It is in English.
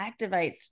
activates